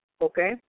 Okay